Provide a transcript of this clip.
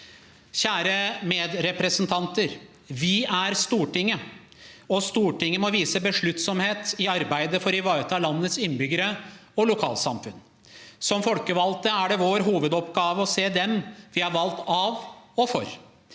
Kjære medrepresentanter! Vi er Stortinget, og Stortinget må vise besluttsomhet i arbeidet for å ivareta landets innbyggere og lokalsamfunn. Som folkevalgte er det vår hovedoppgave å se dem vi er valgt av og for.